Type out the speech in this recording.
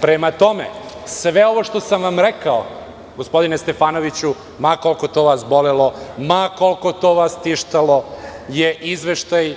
Prema tome, sve ovo što sam vam rekao, gospodine Stefanoviću, ma koliko to vas bolelo, ma koliko to vas tištalo, je izveštaj